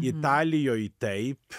italijoj taip